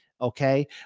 okay